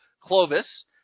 clovis